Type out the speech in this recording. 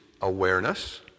awareness